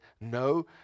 no